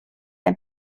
ein